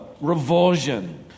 revulsion